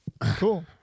Cool